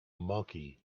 monkey